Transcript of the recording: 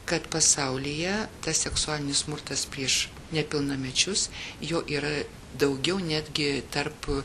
kad pasaulyje tas seksualinis smurtas prieš nepilnamečius jo yra daugiau netgi tarp